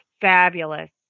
fabulous